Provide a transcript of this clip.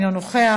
אינו נוכח,